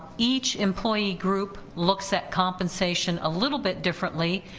each employee group looks at compensation a little bit differently,